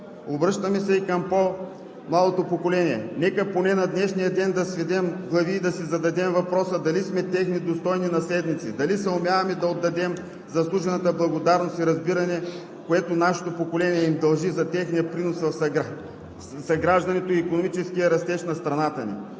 Обръщаме се и към по-младото поколение – нека поне на днешния ден да сведем глави и да си зададем въпроса дали сме техни достойни наследници, дали съумяваме да отдадем заслужената благодарност и разбиране, което нашето поколение им дължи за техния принос в съграждането и икономическия растеж на страната ни.